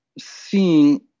seeing